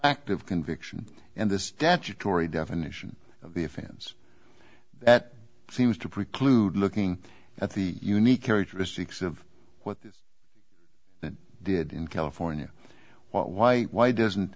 active conviction and the statutory definition of the offense that seems to preclude looking at the unique characteristics of what they did in california what why why doesn't